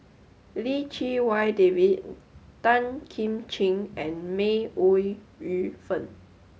Lim Chee Wai David Tan Kim Ching and May Ooi Yu Fen